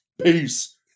Peace